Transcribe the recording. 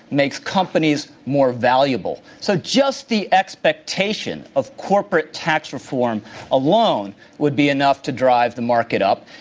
makes companies more valuable. so, just the expectation of corporate tax reform alone would be enough to drive the market up.